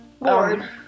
Bored